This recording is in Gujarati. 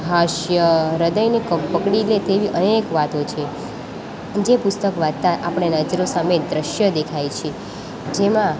હાસ્ય હૃદયને કંપ પકડી લે તેવી અનેક વાતો છે જે પુસ્તક વાંચતાં આપણી નજરો સામે દૃશ્ય દેખાય છે જેમાં